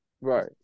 Right